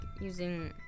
using